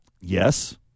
Yes